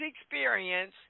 experience